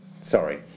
Sorry